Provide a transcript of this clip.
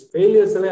Failures